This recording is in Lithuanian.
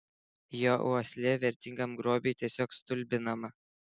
jo uoslė vertingam grobiui tiesiog stulbinama